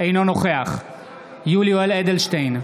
אינו נוכח יולי יואל אדלשטיין,